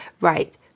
right